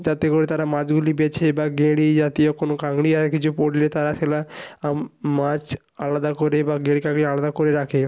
যাতে করে তারা মাছগুলি বেছে বা গেঁড়ি জাতীয় কোনো কাঁকড়িয়া কিছু পড়লে তারা সেগুলা মাছ আলাদা করে বা গেঁড়ি কাঁকড়ি আলাদা করে রাখে